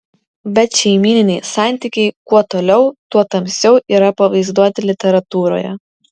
bet šeimyniniai santykiai kuo toliau tuo tamsiau yra pavaizduoti literatūroje